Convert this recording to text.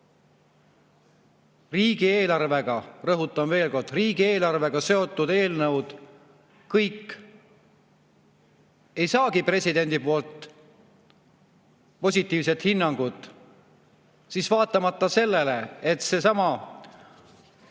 riigieelarvega – rõhutan veel kord, riigieelarvega – seotud eelnõud ei saagi presidendilt positiivset hinnangut, siis vaatamata sellele, et seesama